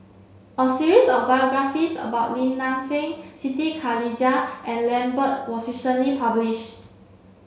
a series of biographies about Lim Nang Seng Siti Khalijah and Lambert was recently published